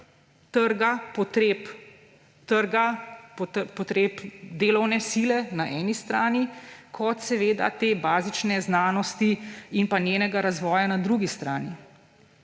trga, potreb delovne sile na eni strani, kot seveda te bazične znanosti in pa njenega razvoja na drugi strani.